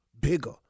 bigger